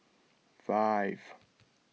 five